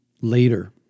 Later